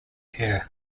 hair